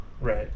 Right